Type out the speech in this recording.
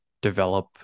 develop